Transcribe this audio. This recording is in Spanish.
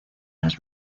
las